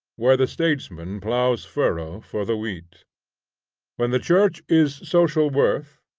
where the statesman ploughs furrow for the wheat when the church is social worth,